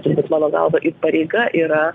turbūt mano galva ir pareiga yra